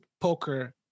poker